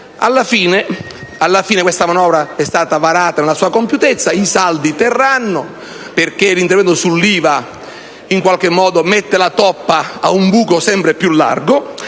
Alla fine la manovra è stata varata nella sua compiutezza; i saldi terranno, perché l'intervento sull'IVA in qualche modo mette la toppa a un buco sempre più largo,